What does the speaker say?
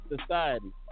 society